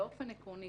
באופן עקרוני,